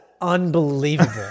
unbelievable